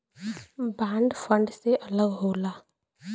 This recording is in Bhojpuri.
बांड फंड से अलग होला